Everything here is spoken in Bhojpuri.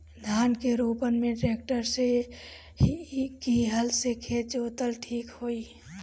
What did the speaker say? धान के रोपन मे ट्रेक्टर से की हल से खेत जोतल ठीक होई?